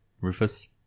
Rufus